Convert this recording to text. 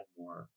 more